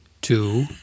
two